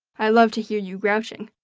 i love to hear you grouching!